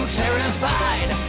terrified